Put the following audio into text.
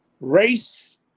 race